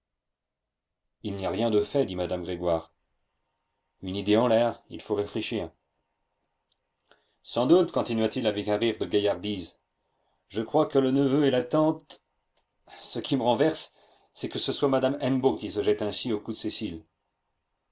il n'y a rien de fait dit madame grégoire une idée en l'air il faut réfléchir sans doute continua-t-il avec un rire de gaillardise je crois que le neveu et la tante ce qui me renverse c'est que ce soit madame hennebeau qui se jette ainsi au cou de cécile